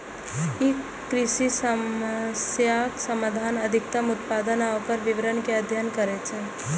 ई कृषि समस्याक समाधान, अधिकतम उत्पादन आ ओकर वितरण के अध्ययन करै छै